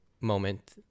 moment